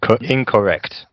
Incorrect